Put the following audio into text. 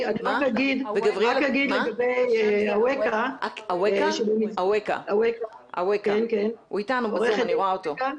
אני רק אגיד לגבי עורך הדין אווקה זנה.